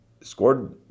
scored